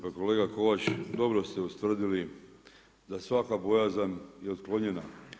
Pa kolega Kovač, dobro ste ustvrdili da svaka bojazan je otklonjena.